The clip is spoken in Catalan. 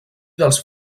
dels